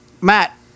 Matt